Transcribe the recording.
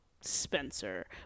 Spencer